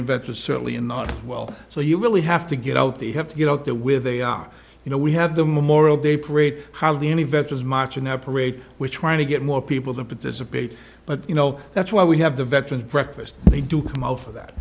are certainly in the well so you really have to get out they have to get out there with they are you know we have the memorial day parade hardly any veterans march in that parade which trying to get more people to participate but you know that's why we have the veterans breakfast they do come out for that